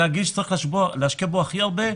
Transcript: זה הגיל שצריך להשקיע בו הכי הרבה.